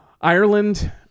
Ireland